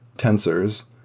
tensors,